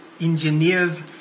engineers